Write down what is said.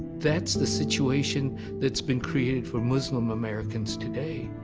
that's the situation that's been created for muslim americans today.